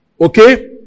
Okay